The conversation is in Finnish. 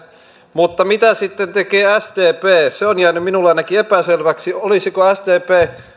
mutta mitä sitten tekee sdp se on jäänyt ainakin minulle epäselväksi olisiko sdp